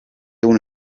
uno